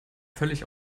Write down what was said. völlig